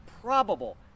probable